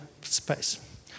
space